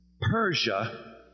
Persia